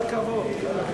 חוק הגנת הצרכן (תיקון מס'